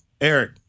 Eric